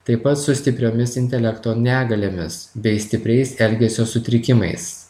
taip pat su stipriomis intelekto negaliomis bei stipriais elgesio sutrikimais